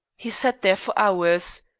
he sat there for hours.